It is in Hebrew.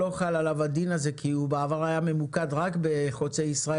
לא חל עליו הדין הזה כי בעבר הוא היה ממוקד רק בחוצה ישראל,